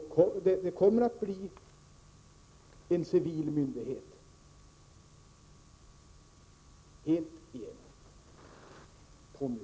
Det kommer att bli en helt igenom civil myndighet, Tommy Franzén.